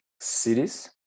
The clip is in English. cities